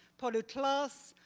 polyclas,